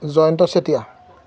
Jayanta Chetia